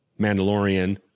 Mandalorian